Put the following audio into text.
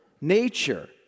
nature